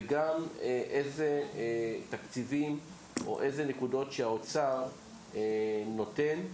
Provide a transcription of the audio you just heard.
וגם אילו תקציבים, או נקודות, האוצר נותן,